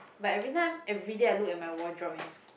but every time everyday I look at my wardrobe it's